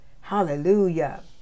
Hallelujah